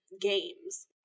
games